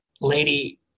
lady